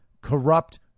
corrupt